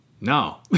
no